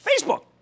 Facebook